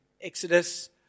Exodus